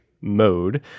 mode